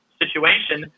situation